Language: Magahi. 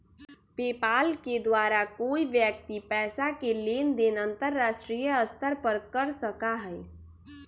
पेपाल के द्वारा कोई व्यक्ति पैसा के लेन देन अंतर्राष्ट्रीय स्तर पर कर सका हई